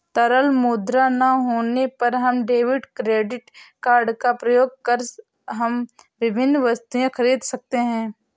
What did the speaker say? तरल मुद्रा ना होने पर हम डेबिट क्रेडिट कार्ड का प्रयोग कर हम विभिन्न वस्तुएँ खरीद सकते हैं